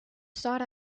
sought